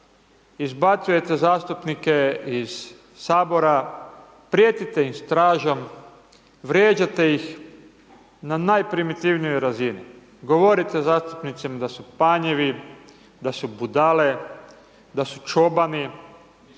izbacujete zastupnike iz Sabora, prijetite im stražom, vrijeđate ih na najprimitivnijoj razini, govorite zastupnicima da su panjevi, da su budale, da su čobani,